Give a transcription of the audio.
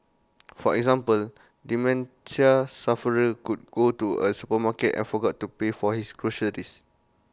for example dementia sufferer could go to A supermarket and forgot to pay for his groceries